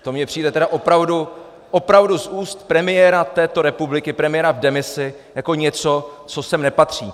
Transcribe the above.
To mně přijde tedy opravdu, opravdu z úst premiéra této republiky, premiéra v demisi, jako něco, co sem nepatří.